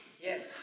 Yes